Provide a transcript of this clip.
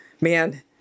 man